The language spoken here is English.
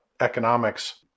economics